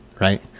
right